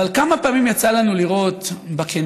אבל כמה פעמים יצא לנו לראות בקניון,